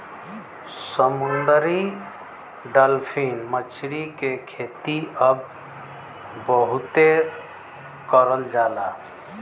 समुंदरी डालफिन मछरी के खेती अब बहुते करल जाला